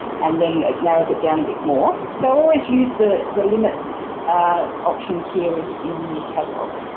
and then it narrows it down a bit more. so always use the the limits options here and in the catalogue.